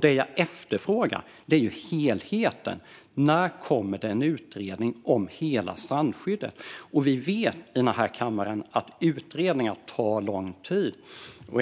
Det jag efterfrågar är helheten. När kommer det en utredning om hela strandskyddet? Vi i den här kammaren vet att utredningar tar lång tid.